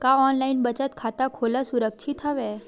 का ऑनलाइन बचत खाता खोला सुरक्षित हवय?